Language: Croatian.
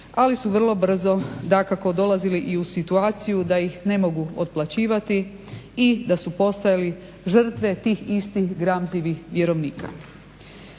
ali su vrlo brzo dakako dolazili i u situaciju da ih ne mogu otplaćivati i da su postali žrtve tih istih gramzivih vjerovnika.